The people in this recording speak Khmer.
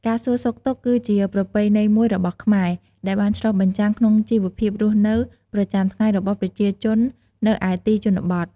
ការសួរសុខទុក្ខគឺ ជាប្រពៃណីមួយរបស់ខ្មែរ ដែលបានឆ្លុះបញ្ចាំងក្នុងជីវភាពរស់នៅប្រចាំថ្ងៃរបស់ប្រជាជននៅឯទីជនបទ។